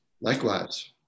Likewise